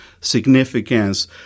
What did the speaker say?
significance